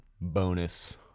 bonus